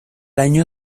año